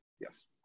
Yes